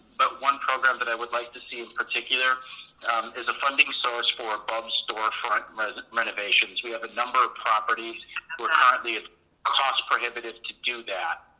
but one program that i would like to see in particular is a funding source for above store front renovations. we have a number of properties where currently it's cost-prohibitive to do that.